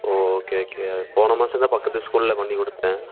ஓ okay okay அது போன மாதந்தான் பக்கத்து ஸ்கூலில் பண்ணி கொடுத்தேன்